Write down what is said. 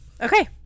Okay